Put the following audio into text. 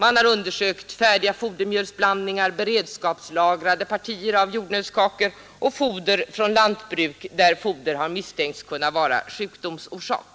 Man har undersökt färdiga fodermjölsblandningar, beredskapslagrade partier av jordnötskakor och foder från lantbruk där foder har misstänkts kunna vara sjukdomsorsak.